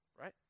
Right